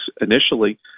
initially